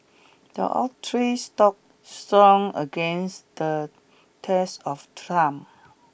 the oak tree stood strong against the test of time